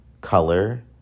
color